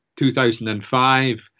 2005